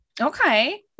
Okay